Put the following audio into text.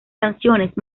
canciones